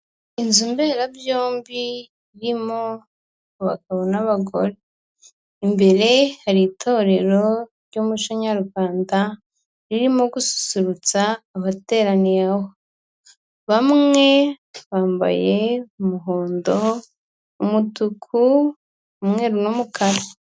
Inzu mberabyombi irimo abagabo n'abagore, imbere hari itorero ry'umuco nyarwanda, ririmo gususurutsa abateraniye aho, bamwe bambaye umuhondo, umutuku umweru n'umukara.